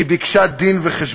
כי היא ביקשה דין-וחשבון.